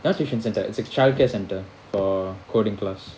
not a tuition centre it's a childcare centre for coding class